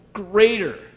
Greater